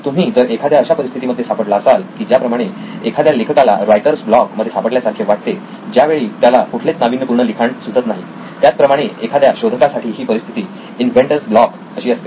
तुम्ही जर एखाद्या अशा परिस्थितीमध्ये सापडला असाल की ज्याप्रमाणे एखाद्या लेखकाला रायटर्स ब्लॉक writer's block मध्ये सापडल्या सारखे वाटते ज्यावेळी त्याला कुठलेच नाविन्यपूर्ण लिखाण सुचत नाही त्याचप्रमाणे एखाद्या शोधकासाठी ही परिस्थिती इन्व्हेंटर्स ब्लॉक inventor's block अशी असते